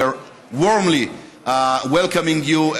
We are warmly welcoming you,